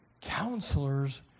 Counselors